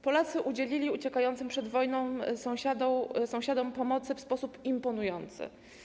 Polacy udzielili uciekającym przed wojną sąsiadom pomocy w sposób imponujący.